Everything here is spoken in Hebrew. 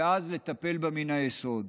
ואז לטפל בה מן היסוד,